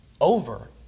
Over